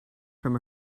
from